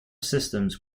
systems